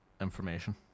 information